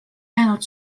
jäänud